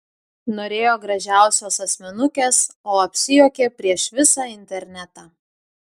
norėjo gražiausios asmenukės o apsijuokė prieš visą internetą